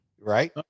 Right